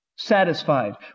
Satisfied